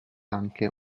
anche